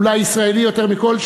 אולי ישראלי יותר מכול,